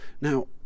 Now